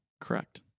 Correct